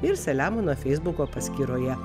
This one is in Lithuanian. ir selemono feisbuko paskyroje